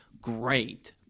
great